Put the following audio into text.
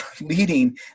leading